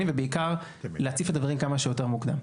ובעיקר להציף את הדברים כמה שיותר מוקדם.